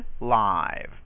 live